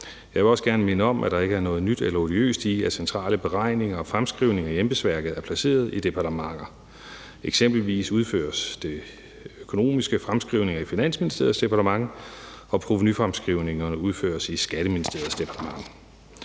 Jeg vil også gerne minde om, at der ikke er noget nyt eller odiøst i, at centrale beregninger og fremskrivninger i embedsværket er placeret i departementer. Eksempelvis udføres de økonomiske fremskrivninger i Finansministeriets departement, og provenufremskrivningerne udføres i Skatteministeriets departementet.